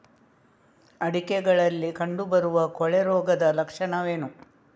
ಅಡಿಕೆಗಳಲ್ಲಿ ಕಂಡುಬರುವ ಕೊಳೆ ರೋಗದ ಲಕ್ಷಣವೇನು?